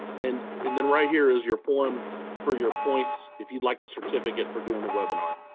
and and then right here is your form for your points if you'd like a certificate for doing the webinar.